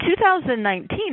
2019